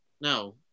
No